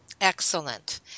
excellent